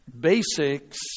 basics